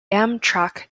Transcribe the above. amtrak